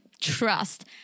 trust